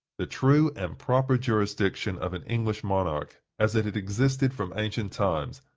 the true and proper jurisdiction of an english monarch, as it had existed from ancient times,